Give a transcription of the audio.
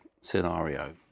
scenario